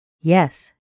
Yes